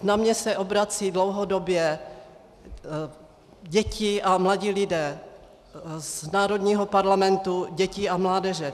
Na mě se obracejí dlouhodobě děti a mladí lidé z Národního parlamentu dětí a mládeže.